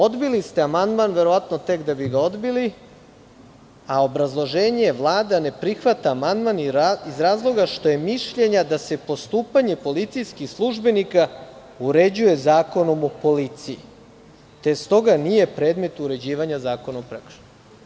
Odbili ste amandman verovatno tek da bi ga odbili, a obrazloženje je - Vlada ne prihvata amandman iz razloga što je mišljenja da se postupanje policijskih službenika uređuje Zakonom o policiji, te stoga nije predmet uređivanja Zakona o prekršajima.